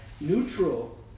neutral